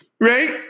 Right